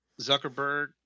zuckerberg